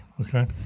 okay